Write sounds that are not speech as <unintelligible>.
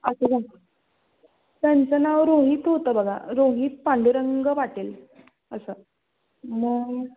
<unintelligible> त्यांचं नाव रोहित होतं बघा रोहित पांडुरंग पाटील असं मग